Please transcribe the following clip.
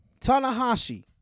Tanahashi